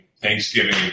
Thanksgiving